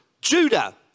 Judah